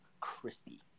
crispy